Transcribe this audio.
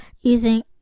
using